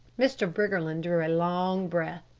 mr. briggerland drew a long breath.